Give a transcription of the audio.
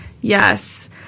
Yes